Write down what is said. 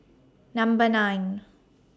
Number nine